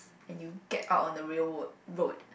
and you get out on the real road road